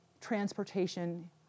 transportation